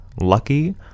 Lucky